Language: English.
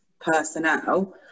personnel